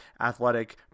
athletic